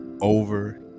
over